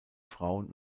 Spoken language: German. frauen